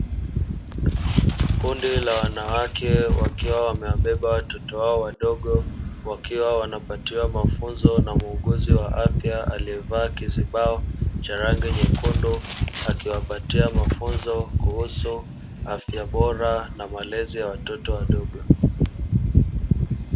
Kundi la wanawake wakiwa wamewabeba watoto wao wadogo wakiwa wanapatiwa mafunzo na muuuguzi wa afya aliyevaa kizibao cha rangi nyekundu akiwapatia mafunzo kuhusu afya bora na malezi ya watoto wadogo.